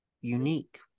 unique